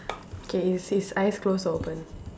k its its eyes close or open